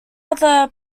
other